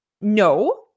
No